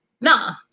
nah